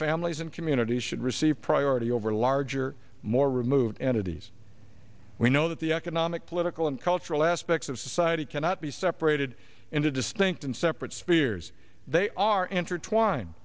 families and communities should receive priority over larger more removed and adiz we know that the economic political and cultural aspects of society cannot be separated into distinct and separate spheres they are intertwined